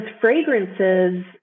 fragrances